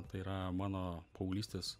tai yra mano paauglystės